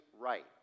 right